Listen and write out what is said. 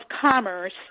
Commerce